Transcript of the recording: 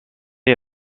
est